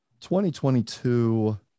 2022